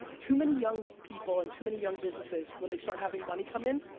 too many young people and too many young businesses when they start having money come in,